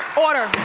order,